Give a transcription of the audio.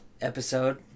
episode